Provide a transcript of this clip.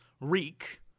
Reek